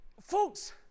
folks